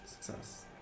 Success